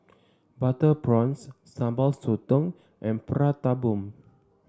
Butter Prawns Sambal Sotong and Prata Bomb